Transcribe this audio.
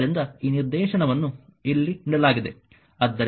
ಆದ್ದರಿಂದ ಈ ನಿರ್ದೇಶನವನ್ನು ಇಲ್ಲಿ ನೀಡಲಾಗಿದೆ